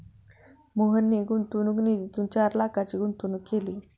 मोहनने गुंतवणूक निधीतून चार लाखांची गुंतवणूक केली